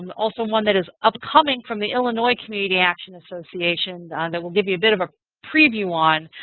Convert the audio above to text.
um also one that is upcoming from the illinois community action association that we'll give you a bit of a preview on.